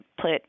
put